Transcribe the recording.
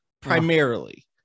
primarily